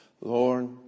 lord